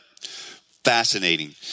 fascinating